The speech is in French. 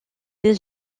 des